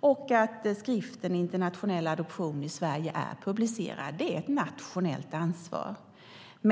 och har publicerats skriften Internationella adoptioner . Det är ett nationellt ansvar.